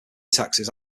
taxes